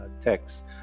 texts